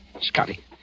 Scotty